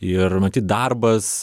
ir matyt darbas